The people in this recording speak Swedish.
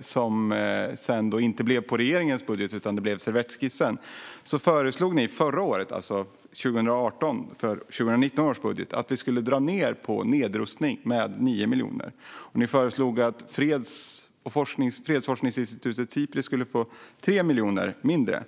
som sedan inte blev regeringens budget utan servettskissen föreslog ni för 2019 års budget att vi skulle dra ned på nedrustning med 9 miljoner. Ni föreslog att fredsforskningsinstitutet Sipri skulle få 3 miljoner mindre.